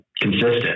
consistent